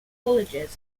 colleges